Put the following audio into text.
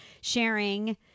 sharing